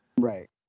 Right